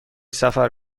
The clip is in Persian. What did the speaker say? سفر